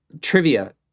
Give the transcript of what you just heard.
Trivia